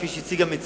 כפי שהציג המציע,